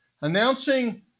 Announcing